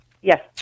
Yes